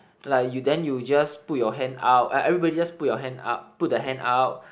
like you then you just put your hand out every everybody just put your hand up put the hand out